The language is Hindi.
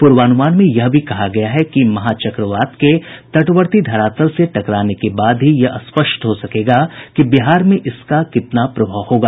पूर्वानुमान में यह भी कहा गया है कि महा चक्रवात के तटवर्ती धरातल से टकराने के बाद भी यह स्पष्ट हो सकेगा कि बिहार में इसका कितना प्रभाव होगा